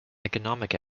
economic